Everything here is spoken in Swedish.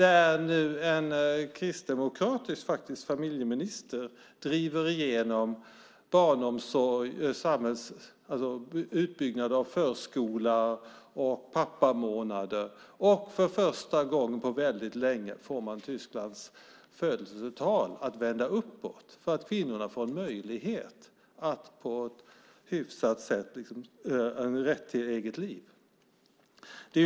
En kristdemokratisk familjeminister driver nu igenom barnomsorg i form av utbyggd förskola och pappamånader. För första gången på länge vänder Tysklands födelsetal uppåt eftersom kvinnorna får möjlighet till eget liv.